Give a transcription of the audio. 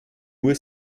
nur